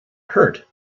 hurt